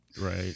Right